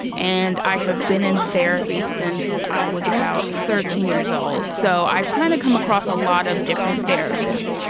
and i have been in therapy since i was about thirteen years old. so i've kind of come across a lot of different therapists,